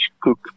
Cook